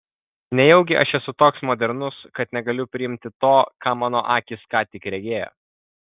nejaugi aš esu toks modernus kad negaliu priimti to ką mano akys ką tik regėjo